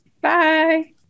Bye